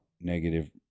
negative